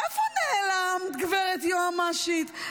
איפה נעלמת, גברת יועמ"שית?